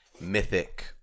mythic